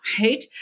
right